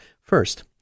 First